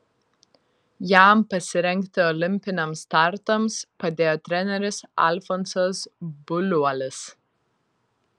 jam pasirengti olimpiniams startams padėjo treneris alfonsas buliuolis